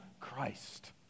Christ